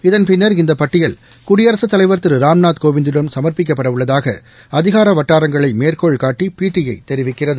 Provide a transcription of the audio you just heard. இதன் பின்னர் இந்த பட்டியல் குடியரசுத் தலைவர் திரு ராம்நாத் கோவிந்திடம் சமா்ப்பிக்கப்படவுள்ளதாக அதிகார வட்டாரங்களை மேற்கோள்காட்டி பிடிஐ தெரிவிக்கிறது